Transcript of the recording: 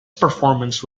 performance